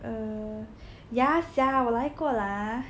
err ya sia 我来过啦